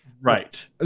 Right